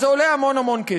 אז זה עולה המון כסף.